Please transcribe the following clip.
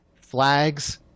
flags